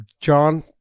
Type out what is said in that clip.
John